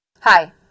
Hi